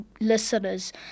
listeners